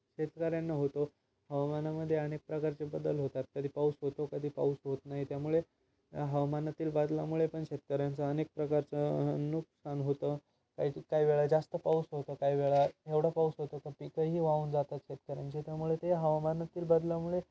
शेतकऱ्यांना होतो हवामानामध्ये अनेक प्रकारचे बदल होतात कधी पाऊस होतो कधी पाऊस होत नाही त्यामुळे हवामानातील बदलामुळे पण शेतकऱ्यांचं अनेक प्रकारचं नुकसान होतं काही काही वेळा जास्त पाऊस होतं काही वेळा एवढं पाऊस होतं त पिकंही वाहून जातात शेतकऱ्यांचे त्यामुळे ते हवामानातील बदलामुळे